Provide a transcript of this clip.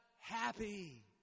happy